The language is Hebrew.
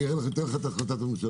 אציג לך את החלטת הממשלה.